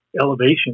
elevation